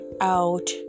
out